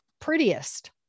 prettiest